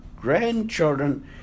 grandchildren